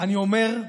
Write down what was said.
אני אומר,